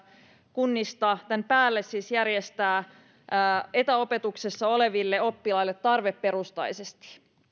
kunnista tämän päälle siis järjestää etäopetuksessa oleville oppilaille tarveperustaisesti